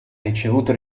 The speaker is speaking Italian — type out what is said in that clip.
ricevuto